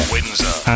Windsor